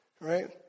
right